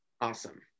Awesome